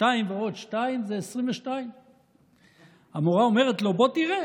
2 ועוד 2 זה 22. המורה אומרת לו: בוא תראה,